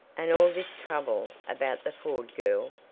and all this trouble about the ford girl?